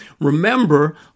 Remember